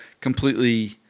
completely